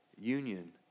union